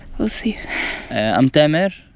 we'll see i'm tamer,